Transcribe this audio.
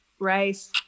Rice